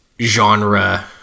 genre-